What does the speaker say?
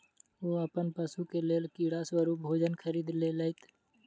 ओ अपन पशु के लेल कीड़ा स्वरूप भोजन खरीद लेलैत